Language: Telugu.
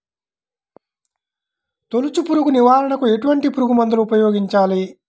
తొలుచు పురుగు నివారణకు ఎటువంటి పురుగుమందులు ఉపయోగించాలి?